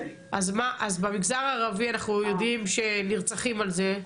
אז במגזר הערבי אנחנו יודעים שנרצחים על זה,